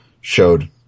showed